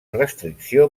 restricció